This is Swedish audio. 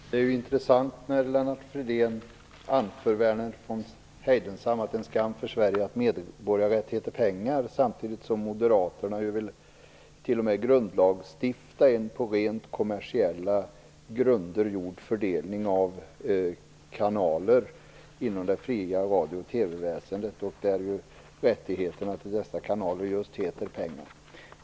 Fru talman! Det är intressant att Lennart Fridén anför en rad av Verner von Heidenstam, det är en skam för Sverige att medborgarrätt heter pengar, samtidigt som moderaterna t.o.m. vill grundlagstifta om en på rent kommersiella grunder gjord fördelning av kanaler inom det fria radio och TV-väsendet. Rättigheterna till dessa kanaler heter ju just pengar.